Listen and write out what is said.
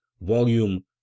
volume